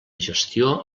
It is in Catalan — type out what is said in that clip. gestió